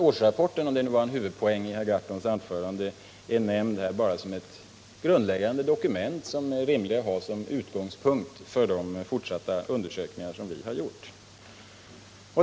Årsrapporten, om den nu var en huvudpoäng i herr Gahrtons anförande, är således nämnd bara som ett grundläggande dokument som ansetts rimligt att ha som utgångspunkt för de fortsatta undersökningar vi har gjort.